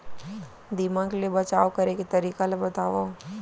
दीमक ले बचाव करे के तरीका ला बतावव?